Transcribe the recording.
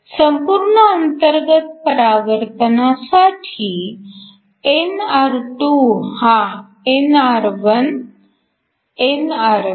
संपूर्ण अंतर्गत परावर्तनासाठी nr2 हा nr1 nr3